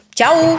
ciao